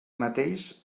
mateix